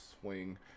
swing